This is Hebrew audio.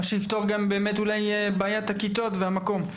מה שיפתור גם בעיית הכיתות והמקום.